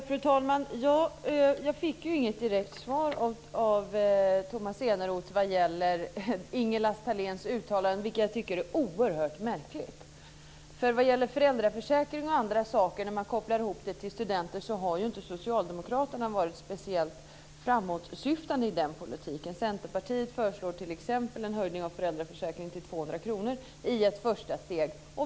Fru talman! Jag fick inget direkt svar av Tomas Eneroth om Ingela Thaléns uttalande, vilket jag tycker är oerhört märkligt. När man kopplar ihop föräldraförsäkring med studenter har socialdemokraterna inte varit speciellt framåtsyftande i sin politik. Centerpartiet föreslår t.ex. en höjning av föräldraförsäkringen till 200 kr i ett första steg.